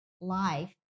life